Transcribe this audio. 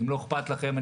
אם לא אכפת לכם,